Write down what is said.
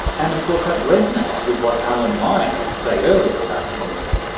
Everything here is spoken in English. and of course that resonates with what alan meyer had to say earlier about community.